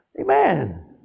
Amen